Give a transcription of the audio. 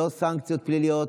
לא סנקציות פליליות,